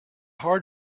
hard